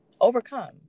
overcome